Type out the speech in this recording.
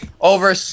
Over